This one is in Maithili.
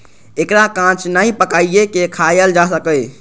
एकरा कांच नहि, पकाइये के खायल जा सकैए